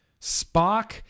Spock